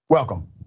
Welcome